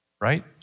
Right